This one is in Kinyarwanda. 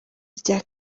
rya